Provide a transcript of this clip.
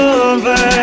over